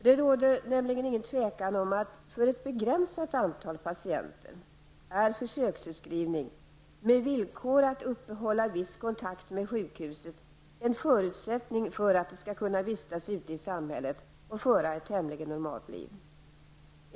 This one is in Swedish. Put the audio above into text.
Det råder inget tvivel om att för ett begränsat antal patienter är försöksutskrivning, med villkor att uppehålla viss kontakt med sjukhuset, en förutsättning för att de skall kunna vistas ute i samhället och föra ett tämligen normalt liv.